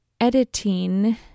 editing